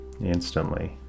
instantly